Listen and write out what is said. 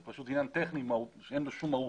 זה פשוט עניין טכני שאין לו שום מהות.